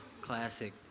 classic